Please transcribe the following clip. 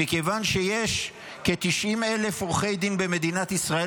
מכיוון שיש כ-90,000 עורכי דין במדינת ישראל,